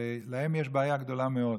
ולהם יש בעיה גדולה מאוד.